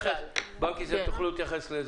בנק ישראל תוכלו להתייחס לזה.